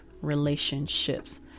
relationships